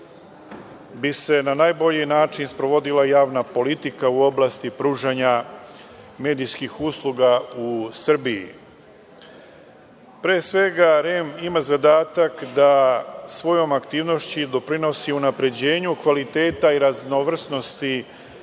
bi se na najbolji način sprovodila javna politika u oblasti pružanja medijskih usluga u Srbiji. Pre svega REM ima zadatak da svojom aktivnošću doprinosi unapređenju kvaliteta i raznovrsnosti